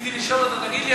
רציתי לשאול אותו: תגיד לי,